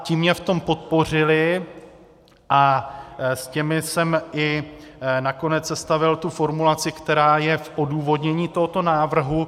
Ti mě v tom podpořili a s těmi jsem i nakonec sestavil formulaci, která je v odůvodnění tohoto návrhu.